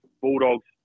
Bulldogs